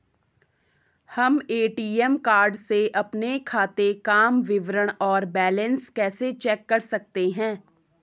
हम ATM card से अपने खाते काम विवरण और बैलेंस कैसे चेक कर सकते हैं?